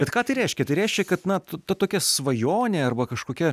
bet ką tai reiškia tai reiškia kad na ta tokia svajonė arba kažkokia